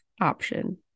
option